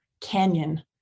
canyon